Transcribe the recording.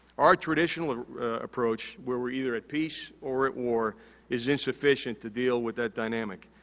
our traditional approach, where we're either at peace or at war is insufficient to deal with that dynamic.